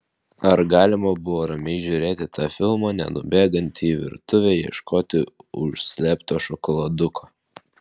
ar galima buvo ramiai žiūrėti tą filmą nenubėgant į virtuvę ieškoti užslėpto šokoladuko